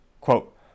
quote